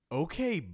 okay